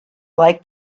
like